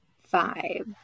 five